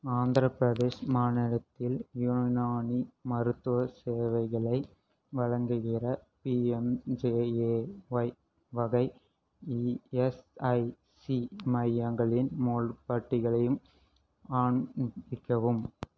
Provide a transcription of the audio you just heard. ஆந்திரப்பிரதேஷ் மாநிலத்தில் யுனானி மருத்துவச் சேவைகளை வழங்குகிற பிஎம்ஜெஏஒய் வகை இஎஸ்ஐசி மையங்களின் முழுப் பட்டியகளையும் காண்பிக்கவும்